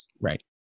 Right